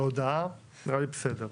זה נראה לי בסדר.